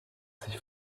sich